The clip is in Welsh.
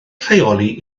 rheoli